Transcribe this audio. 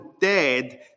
dead